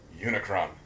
Unicron